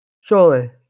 Surely